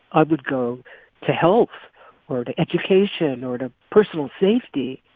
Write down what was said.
i would go to health or to education or to personal safety.